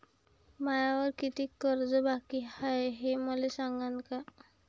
मायावर कितीक कर्ज बाकी हाय, हे मले सांगान का?